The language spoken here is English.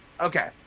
okay